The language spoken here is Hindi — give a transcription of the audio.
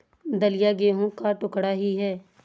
दलिया गेहूं का टुकड़ा ही है